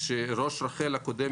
שראש רשות חירום לאומית הקודם,